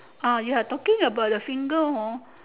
ah ya talking about the finger hor